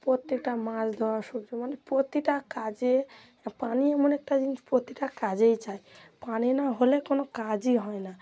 প্রত্যেকটা মাছ ধরা সবজি মানে প্রতিটা কাজে পানি এমন একটা জিনিস প্রতিটা কাজেই চাই পানি না হলে কোনো কাজই হয় না